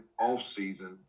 offseason